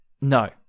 no